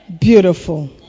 Beautiful